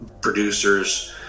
producers